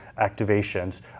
activations